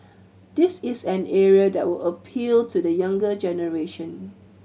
this is an area that would appeal to the younger generation